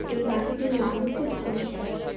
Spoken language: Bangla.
এই পাখিটির নাম হচ্ছে ধনেশ পাখি